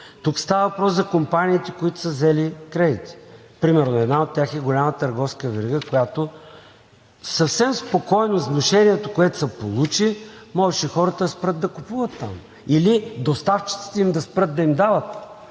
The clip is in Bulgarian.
Тук става въпрос за компаниите, които са взели кредити. Примерно, една от тях е голяма търговска верига, която съвсем спокойно с внушението, което се получи, можеше хората да спрат да купуват там или доставчиците им да спрат да им дават.